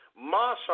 Masha